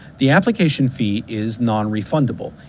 the application fee is non-refundable,